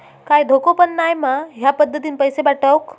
काय धोको पन नाय मा ह्या पद्धतीनं पैसे पाठउक?